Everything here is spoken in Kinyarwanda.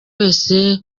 wese